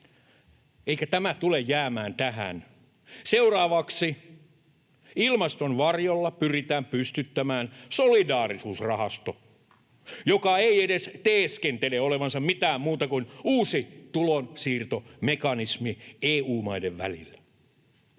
Eikä tämä tule jäämään tähän. Seuraavaksi ilmaston varjolla pyritään pystyttämään solidaarisuusrahasto, joka ei edes teeskentele olevansa mitään muuta kuin uusi tulonsiirtomekanismi EU-maiden välillä.